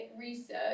research